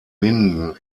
minden